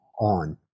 on